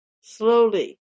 slowly